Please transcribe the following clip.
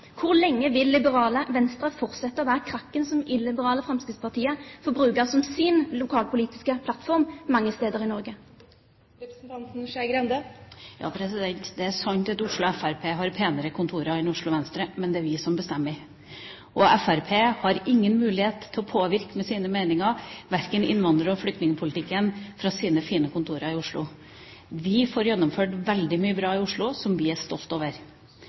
Hvor lenge vil liberale Venstre fortsette å være den krakken som illiberale Fremskrittspartiet får bruke som sin lokalpolitiske plattform mange steder i Norge? Det er sant at Oslo Fremskrittsparti har penere kontorer enn Oslo Venstre, men det er vi som bestemmer. Fremskrittspartiet har ingen mulighet til å påvirke med sine meninger, verken i innvandringspolitikken eller i flyktningpolitikken, fra sine fine kontorer i Oslo. Vi får gjennomført veldig mye bra i Oslo som vi er stolte over.